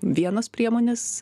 vienos priemonės